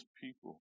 people